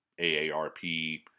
AARP